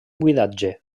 buidatge